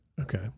okay